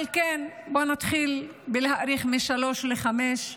אבל כן, בוא נתחיל בלהאריך משלוש לחמש,